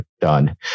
done